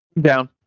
Down